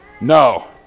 No